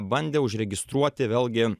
bandė užregistruoti vėlgi